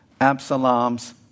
Absalom's